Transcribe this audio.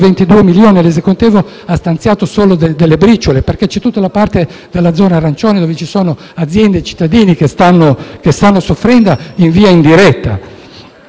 di euro e l’Esecutivo ha stanziato solo delle briciole, perché c’è tutta la parte della zona arancione, dove vi sono aziende e cittadini che stanno soffrendo in via indiretta.